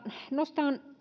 nostan